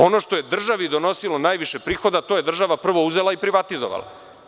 Ono što je državi donosilo najviše prihoda to je država prvo uzela i privatizovala.